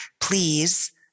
Please